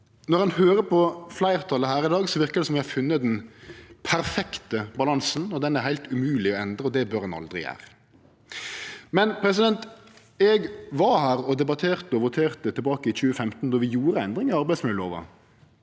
Når ein høyrer på fleirtalet her i dag, verkar det som vi har funne den perfekte balansen, at han er heilt umogleg å endra, og at det bør ein aldri gjere. Men eg var her og debatterte og voterte tilbake i 2015, då vi gjorde endringar i arbeidsmiljølova,